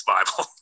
Bible